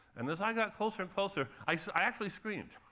and as i got closer and closer, i so i actually screamed.